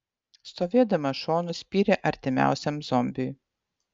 stovėdamas šonu spyrė artimiausiam zombiui